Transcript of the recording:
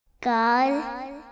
God